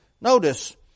notice